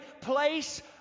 place